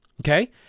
Okay